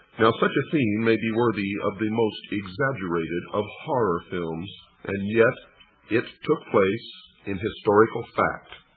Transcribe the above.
such a scene may be worthy of the most exaggerated of horror films. and yet it took place in historical fact.